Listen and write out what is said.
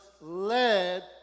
led